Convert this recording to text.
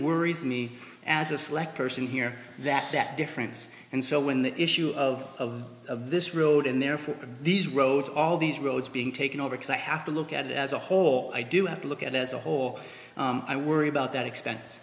worries me as a select person here that that difference and so when the issue of this road and therefore these roads all these roads being taken over because i have to look at it as a whole i do have to look at as a whole i worry about that expen